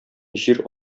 җир